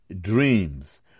dreams